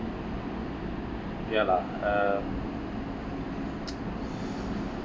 ya lah um